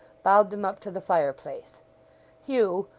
bowed them up to the fireplace hugh,